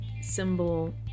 symbol